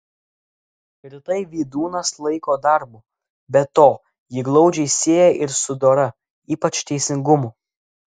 ir tai vydūnas laiko darbu be to jį glaudžiai sieja ir su dora ypač teisingumu